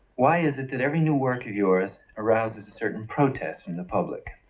why is it that every new work of yours arouses a certain protest from the public?